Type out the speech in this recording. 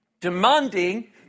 demanding